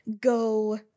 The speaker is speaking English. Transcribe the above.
go